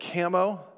camo